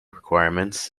requirements